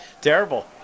terrible